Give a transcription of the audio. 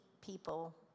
people